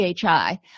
PHI